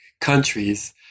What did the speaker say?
countries